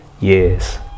years